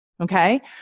Okay